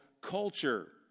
culture